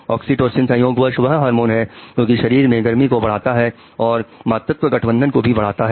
oxytocin संयोगवश वह hormone है जो कि शरीर में गर्मी को बढ़ाता है और मातृत्व गठबंधन को भी बढ़ाता है